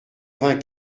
vingt